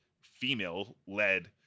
female-led